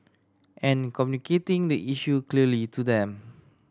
and communicating the issue clearly to them